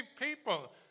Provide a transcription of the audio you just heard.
people